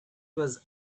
was